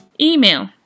Email